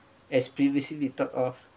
as previously we talked of